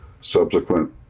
subsequent